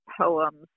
poems